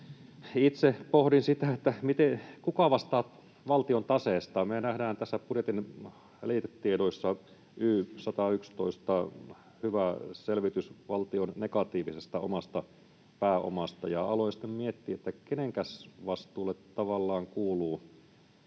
itse pohdin sitä, kuka vastaa valtion taseesta. Me nähdään tässä budjetin liitetiedoissa Y 111 hyvä selvitys valtion negatiivisesta omasta pääomasta. Aloin sitten miettiä, kenenkäs vastuulle tavallaan kuuluu